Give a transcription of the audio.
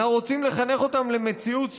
אנחנו רוצים לחנך אותם למציאות סטרילית?